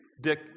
Dick